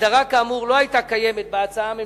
הגדרה כאמור לא היתה קיימת בהצעה הממשלתית,